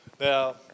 Now